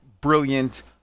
brilliant